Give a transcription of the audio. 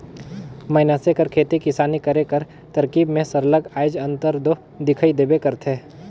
मइनसे कर खेती किसानी करे कर तरकीब में सरलग आएज अंतर दो दिखई देबे करथे